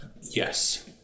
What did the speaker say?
Yes